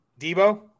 Debo